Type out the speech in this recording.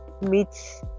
meets